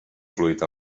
fluid